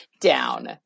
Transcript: down